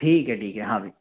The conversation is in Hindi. ठीक है ठीक है हाँ भाई